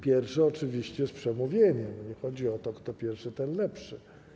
Pierwszy oczywiście z przemówieniem, nie chodzi o to, że kto pierwszy, ten lepszy.